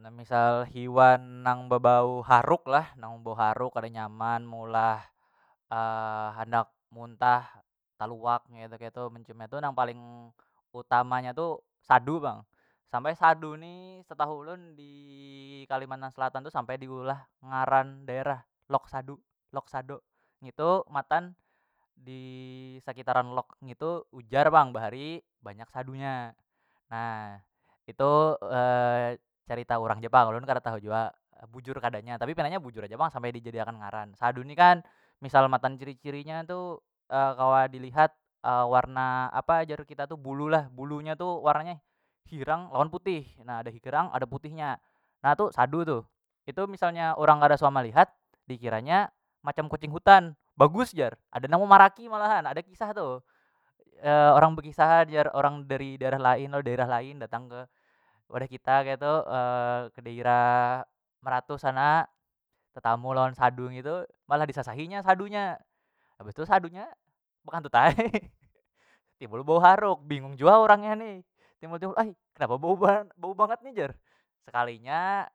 Nah misal hiwan nang bebau haruk lah nang bebau haruk kada nyaman meulah handak muntah teluak ketu- ketu menciumnya tu nang paling utama nya tu sadu pang sampai sadu ni setahu ulun di kalimantan selatan tu sampai diulah ngaran daerah loksadu loksado ngitu matan disekitaran lok ngitu ujar pang bahari banyak sadu nya, nah itu cerita urang ja pang ulun kada tahu jua bujur kada nya tapi pina nya bujur haja pang sampai dijadi akan ngaran. Sadu ni kan misal matan ciri- cirinya tu kawa dilihat warna apa jar kita tu bulu lah bulunya tu warna hirang lawan putih nah ada hirang ada putihnya na tu sadu tu itu misalnya urang kada suah malihat dikiranya macam kucing hutan bagus jar ada nang memaraki malahan ada kisah tu orang bekisah jar orang dari daerah lain lo daerah lain datang ke wadah kita ketu ke dairah meratus sana tetamu lawan sadu ngitu malah disasahi inya sadunya habis tu sadu nya bekantut ae timbul bau haruk bingung jua urang nya ni timbul- timbul ai kenapa bau banar bau banget ni jar sekalinya